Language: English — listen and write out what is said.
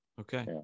Okay